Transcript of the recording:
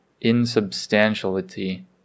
insubstantiality